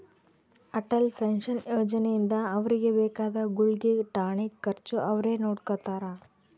Atal pension ಯೋಜನೆ ಇಂದ ಅವ್ರಿಗೆ ಬೇಕಾದ ಗುಳ್ಗೆ ಟಾನಿಕ್ ಖರ್ಚು ಅವ್ರೆ ನೊಡ್ಕೊತಾರ